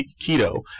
keto